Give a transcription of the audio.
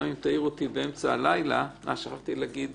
גם אם תעיר אותי באמצע הלילה שכחתי להגיד